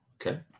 Okay